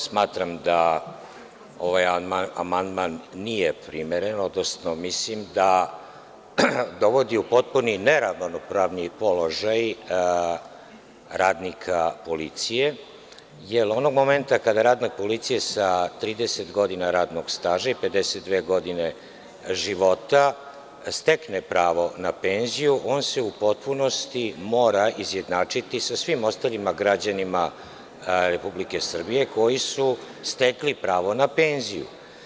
Smatram da ovaj amandman nije primeren, odnosno mislim da dovodi u potpuni neravnopravni položaj radnika policije, jer onog momenta kad radnik policije sa 30 godina radnog staža i 52 godine života stekne pravo na penziju on se u potpunosti mora izjednačiti sa svim ostalim građanima Republike Srbije koji su stekli pravo na penziju.